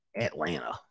Atlanta